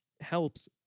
helps